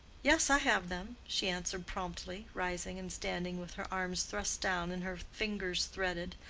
yes, i have them, she answered promptly, rising and standing with her arms thrust down and her fingers threaded,